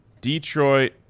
Detroit